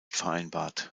vereinbart